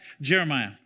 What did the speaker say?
Jeremiah